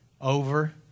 over